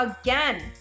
again